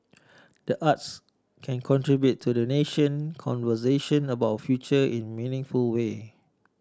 the arts can contribute to the national conversation about future in meaningful way